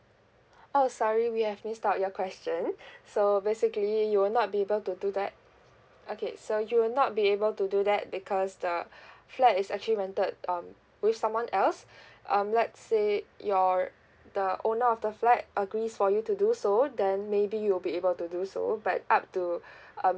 oh sorry we have missed out your question so basically you will not be able to do that okay so you will not be able to do that because the flat is actually rented um with someone else um let's say your the owner of the flat agrees for you to do so then maybe you'll be able to do so but up to um